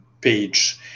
page